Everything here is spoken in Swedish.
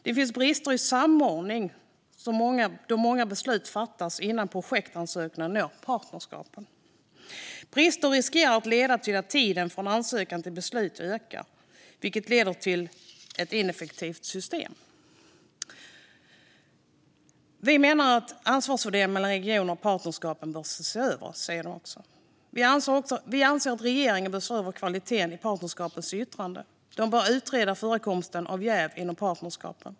Det finns också brister i samordningen, då många beslut fattas innan projektansökningarna når partnerskapen. Bristerna riskerar att leda till att tiden från ansökan till beslut ökar, vilket leder till ett ineffektivt system. Riksrevisionen menar att ansvarsfördelningen mellan regionerna och partnerskapen bör ses över. Man anser också att regeringen bör se över kvaliteten i partnerskapens yttranden och utreda förekomsten av jäv inom partnerskapen.